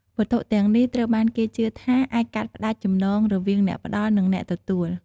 វត្ថុទាំងនេះត្រូវបានគេជឿថាអាចកាត់ផ្តាច់ចំណងរវាងអ្នកផ្តល់ និងអ្នកទទួល។